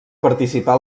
participar